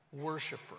worshiper